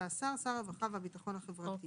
"השר" שר הרווחה והביטחון החברתי".